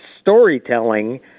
storytelling